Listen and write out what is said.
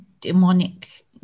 demonic